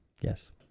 Yes